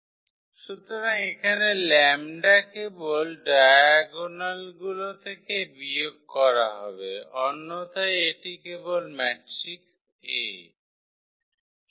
সুতরাং এখানে 𝜆 কেবল ডায়াগোনালগুলি থেকে বিয়োগ করা হবে অন্যথায় এটি কেবল ম্যাট্রিক্স 𝐴